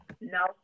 No